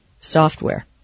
software